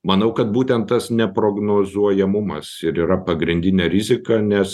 manau kad būtent tas neprognozuojamumas ir yra pagrindinė rizika nes